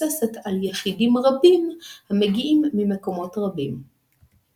כמקור לכך שאדם חייב ללכת בעקבות מה שנהגו אבותיו,